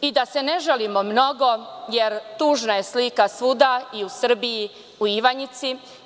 Da se ne žalimo mnogo, jer tužna je slika svuda i u Srbiji, u Ivanjici.